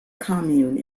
comune